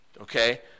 Okay